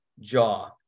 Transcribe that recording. jaw